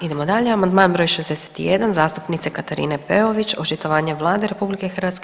Idemo dalje, amandman br. 61 zastupnice Katarine Peović očitovanje Vlade RH.